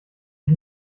ich